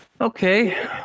okay